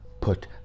put